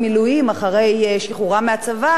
הם עדיין עושים מילואים כקרביים,